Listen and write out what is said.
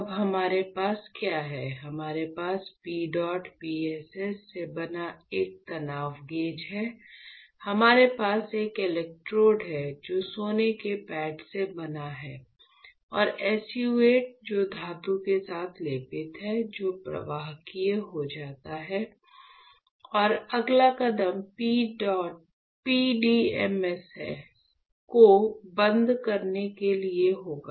अब हमारे पास क्या है हमारे पास PEDOT PSS से बना एक तनाव गेज है हमारे पास एक इलेक्ट्रोड है जो सोने के पैड से बना है और SU 8 जो धातु के साथ लेपित है जो प्रवाहकीय हो जाता है और अगला कदम PDMS को बंद करने के लिए होगा